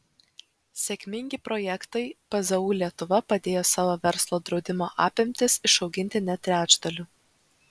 sėkmingi projektai pzu lietuva padėjo savo verslo draudimo apimtis išauginti net trečdaliu